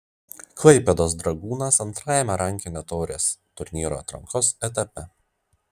klaipėdos dragūnas antrajame rankinio taurės turnyro atrankos etape